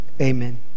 Amen